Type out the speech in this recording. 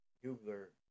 Hubler